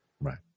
Right